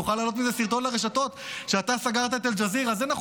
תוכל להעלות מזה סרטון לרשתות שאתה סגרת את אל-ג'זירה.